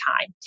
time